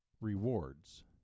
rewards